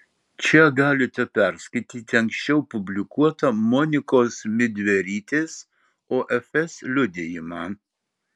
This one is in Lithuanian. čia galite perskaityti anksčiau publikuotą monikos midverytės ofs liudijimą